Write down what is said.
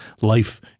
life